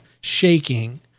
shaking